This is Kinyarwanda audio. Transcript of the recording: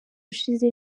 ushize